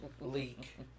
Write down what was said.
leak